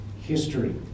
history